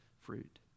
fruit